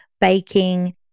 baking